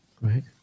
right